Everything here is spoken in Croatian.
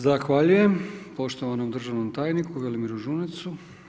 Zahvaljujem poštovanom državnom tajniku Velimiru Žunecu.